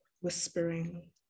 whispering